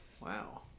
Wow